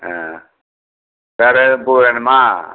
ஆ வேறு எதுவும் பூ வேணுமா